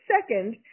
second